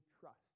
trust